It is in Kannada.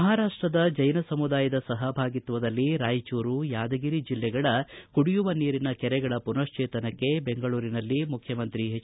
ಮಹಾರಾಷ್ಟದ ಜೈನ ಸಮುದಾಯದ ಸಹಭಾಗಿತ್ವದಲ್ಲಿ ರಾಯಚೂರು ಯಾದಗಿರಿ ಜಿಲ್ಲೆಗಳ ಕುಡಿಯುವ ನೀರಿನ ಕೆರೆಗಳ ಮನಶ್ಚೇತನಕ್ಕೆ ದೆಂಗಳೂರಿನಲ್ಲಿ ಮುಖ್ಚಮಂತ್ರಿ ಹೆಚ್